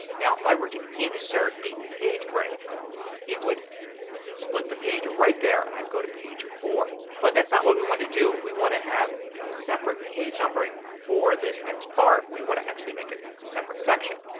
if i were to insert a page break it would split the page right there and i would go to page four. but that's not what we want to do. we want to have separate page numbering for this next part. we want to actually make it a separate section.